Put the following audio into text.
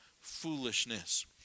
foolishness